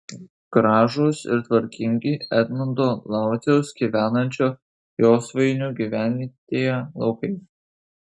gražūs ir tvarkingi edmundo lauciaus gyvenančio josvainių gyvenvietėje laukai